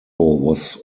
was